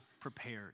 prepared